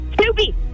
Snoopy